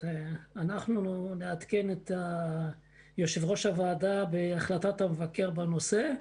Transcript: אנחנו נעדכן את יושב-ראש הוועדה בהחלטת המבקר בנושא.